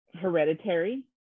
hereditary